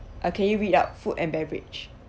okay you read out food and beverage